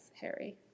Harry